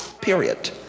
period